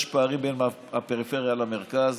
יש פערים בין הפריפריה למרכז